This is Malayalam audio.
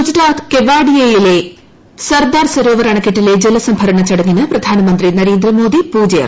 ഗുജറാത്ത് കേവാഡിയയിലെ സർദാർ സരോവർ അണക്കെട്ടിലെ ജല സംഭരണ ചടങ്ങിന് പ്രധാനമന്ത്രി നരേന്ദ്രമോദി പൂജ അർപ്പിച്ചു